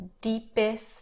deepest